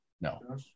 No